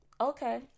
Okay